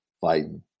fighting